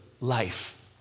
life